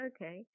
Okay